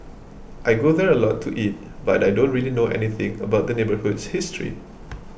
I go there a lot to eat but I don't really know anything about the neighbourhood's history